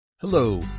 Hello